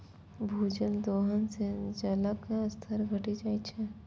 भूजल दोहन सं जलक स्तर घटि जाइत छै